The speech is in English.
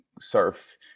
surf